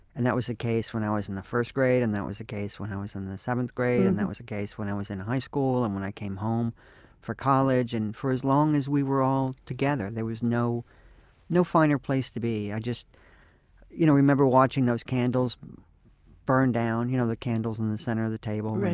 and that was the case when i was in the first grade, and that was the case when i was in the seventh grade and that was the case when i was in high school. and when i came home for college, and for as long as we were all together, there was no no finer place to be i you know remember watching those candles burn down, you know the candles in the center of the table.